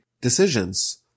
decisions